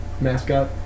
Mascot